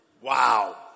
Wow